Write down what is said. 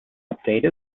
update